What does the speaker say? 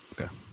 okay